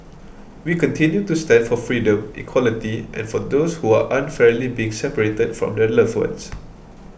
we continue to stand for freedom equality and for those who are unfairly being separated from their loved ones